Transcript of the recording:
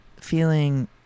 feeling